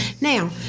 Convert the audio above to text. Now